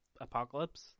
Apocalypse